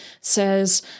says